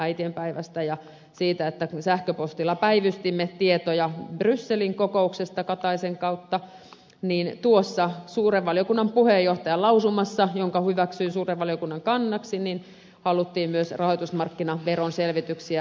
äitienpäivästä ja siitä että sähköpostilla päivystimme tietoja brysselin kokouksesta ministeri kataisen kautta tuossa suuren valiokunnan puheenjohtajan lausumassa joka hyväksyttiin suuren valiokunnan kannaksi haluttiin myös suomen ajavan rahoitusmarkkinaveron selvityksiä